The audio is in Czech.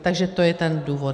Takže to je ten důvod.